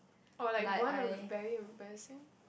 or like one of the very embarrassing